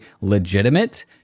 legitimate